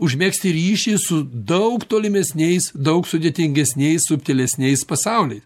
užmegzti ryšį su daug tolimesniais daug sudėtingesniais subtilesniais pasauliais